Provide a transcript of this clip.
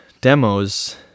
demos